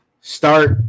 start